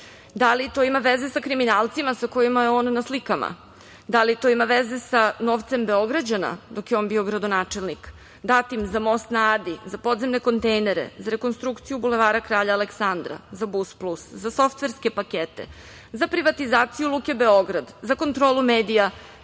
Da li to ima veze sa kriminalcima sa kojima je on na slikama? Da li to ima veze sa novcem Beograđana dok je on bio gradonačelnik, datim za Most na Adi, za podzemne kontejnere, za rekonstrukciju Bulevara kralja Aleksandra, za BUS Plus, za softverske pakete, za privatizaciju Luke Beograd, za kontrolu medija,